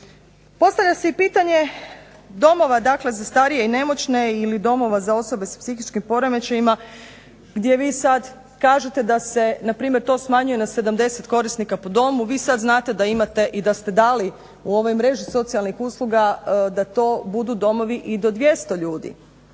Postavlja se i pitanje domova dakle za starije i nemoćne ili domova za osobe s psihičkim poremećajima gdje vi sad kažete da se npr. to smanjuje na 70 korisnika po domu. Vi sad znate da imate i da ste dali u ovoj mreži socijalnih usluga da to budu domovi i do 200 ljudi.